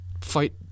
fight